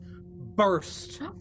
burst